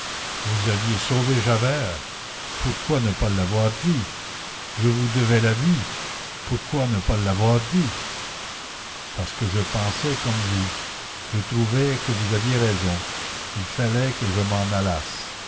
vous aviez sauvé javert pourquoi ne pas l'avoir dit je vous devais la vie pourquoi ne pas l'avoir dit parce que je pensais comme vous je trouvais que vous aviez raison il fallait que je m'en allasse